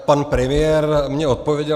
Pan premiér mně odpověděl.